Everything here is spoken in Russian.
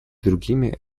другими